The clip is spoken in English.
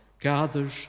gathers